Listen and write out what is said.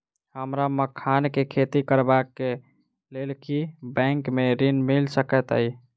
हमरा मखान केँ खेती करबाक केँ लेल की बैंक मै ऋण मिल सकैत अई?